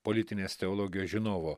politinės teologijos žinovo